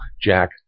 Jack